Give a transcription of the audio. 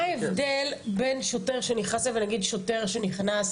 מה ההבדל בין שוטר שנכנס אליו לנגיד, שוטר שנכנס